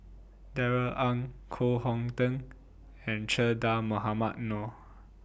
Darrell Ang Koh Hong Teng and Che Dah Mohamed Noor